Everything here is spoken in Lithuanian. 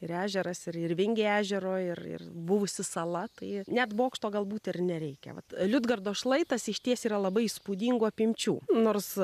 ir ežeras ir ir vingiai ežero ir ir buvusi sala tai net bokšto galbūt ir nereikia mat liudgardo šlaitas išties yra labai įspūdingų apimčių nors